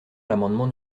l’amendement